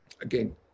again